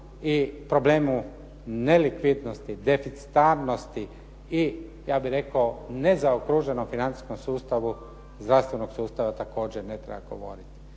i problemu nelikvidnosti, deficitarnosti i ja bih rekao nezaokruženom financijskom sustavu, zdravstvenog sustava također ne treba govoriti.